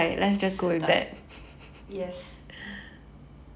时代 yes-